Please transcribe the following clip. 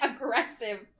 aggressive